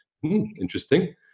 Interesting